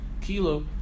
Kilo